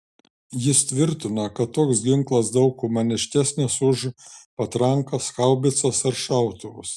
jis tvirtino kad toks ginklas daug humaniškesnis už patrankas haubicas ar šautuvus